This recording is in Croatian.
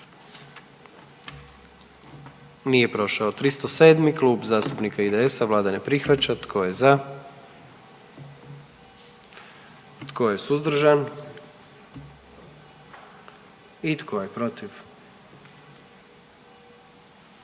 dio zakona. 44. Kluba zastupnika SDP-a, vlada ne prihvaća. Tko je za? Tko je suzdržan? Tko je protiv?